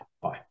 Bye